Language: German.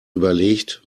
überlegt